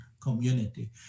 community